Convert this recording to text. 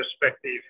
perspective